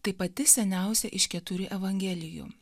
tai pati seniausia iš keturių evangelijų